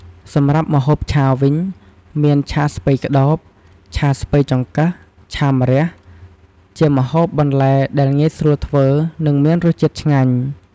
សម្រាប់ម្ហូបឆាវិញ មានឆាស្ពៃក្តោប ឆាស្ពៃចង្កឹះ ឆាម្រះ ជាម្ហូបបន្លែដែលងាយស្រួលធ្វើ និងមានរសជាតិឆ្ងាញ់។